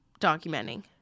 documenting